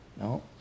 No